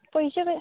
पयशे क